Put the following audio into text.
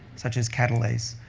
such as catalase,